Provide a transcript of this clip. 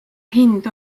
hind